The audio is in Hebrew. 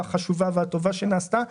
החשובה והטובה שנעשתה,